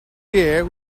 year